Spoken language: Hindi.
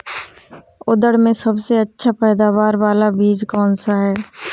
उड़द में सबसे अच्छा पैदावार वाला बीज कौन सा है?